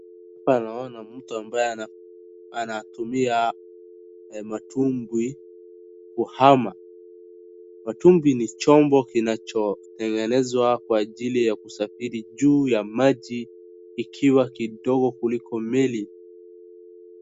Hapa naona mtu ambaye anatumia matumbwi kuhama, matumbwi ni chombo kinachotengenezwa kwa ajili ya kusafiri juu ya maji ikiwa kidogo kuliko meli.